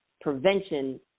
prevention